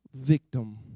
victim